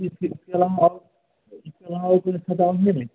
आओ तो अच्छा चावल दे देंगे